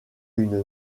une